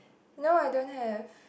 no I don't have